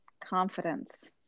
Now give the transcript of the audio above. Confidence